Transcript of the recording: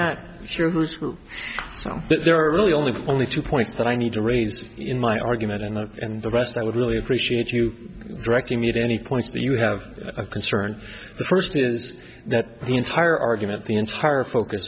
not sure who's who so there are really only only two points that i need to raise in my argument and the rest i would really appreciate you directing me to any points that you have a concern the first is that the entire argument the entire focus